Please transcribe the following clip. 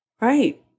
Right